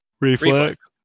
Reflex